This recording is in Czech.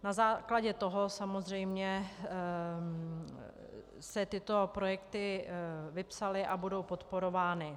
Na základě toho samozřejmě se tyto projekty vypsaly a budou podporovány.